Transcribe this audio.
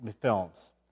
films